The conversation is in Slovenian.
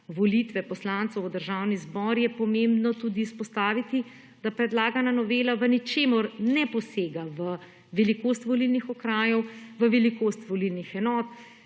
volitve poslancev v državni zbor je pomembno tudi izpostaviti, da predlagana novela v ničemer ne posega v velikost volilnih okrajev, v velikost volilnih enot,